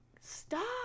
stop